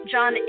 John